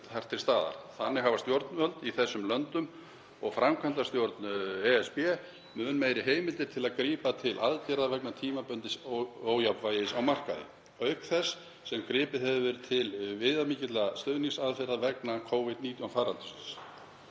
þar til staðar. Þannig hafa stjórnvöld í þessum löndum og framkvæmdastjórn ESB mun meiri heimildir til að grípa til aðgerða vegna tímabundins ójafnvægis á markaði, auk þess sem gripið hefur verið til viðamikilla stuðningsaðgerða vegna Covid-19 faraldursins.